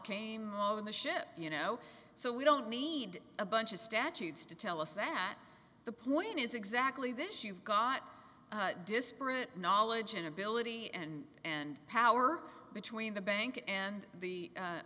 over the ship you know so we don't need a bunch of statutes to tell us that the point is exactly this you've got disparate knowledge and ability and and power between the bank and the